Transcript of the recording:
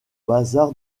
bazar